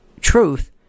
truth